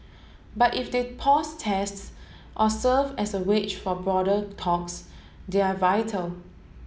but if they pause tests or serve as a wedge for broader talks they're vital